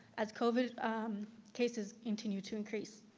as covid cases continue to increase.